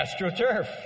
AstroTurf